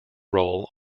role